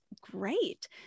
great